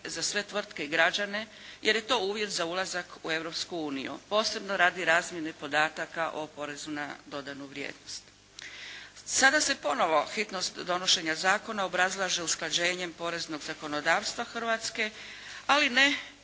za sve tvrtke i građane, jer je to uvjet za ulazak u Europsku uniju, posebno radi razmjene podataka o porezu na dodanu vrijednost. Sada se ponovo hitnost donošenja zakona obrazlaže usklađenjem poreznog zakonodavstva Hrvatske, ali